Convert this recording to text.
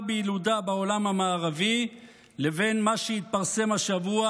בילודה בעולם המערבי לבין מה שהתפרסם השבוע,